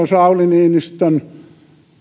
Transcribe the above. sauli niinistön